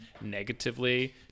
negatively